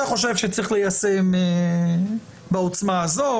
זה חושב שצריך ליישם בעוצמה הזו,